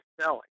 selling